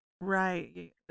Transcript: Right